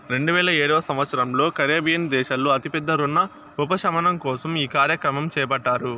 రెండువేల ఏడవ సంవచ్చరంలో కరేబియన్ దేశాల్లో అతి పెద్ద రుణ ఉపశమనం కోసం ఈ కార్యక్రమం చేపట్టారు